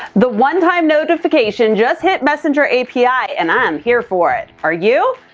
the one-time notification just hit messenger api, and i am here for it! are you?